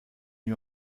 lui